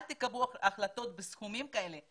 אל תקבלו לבד החלטות בסכומים כאלה.